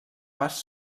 pas